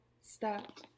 stop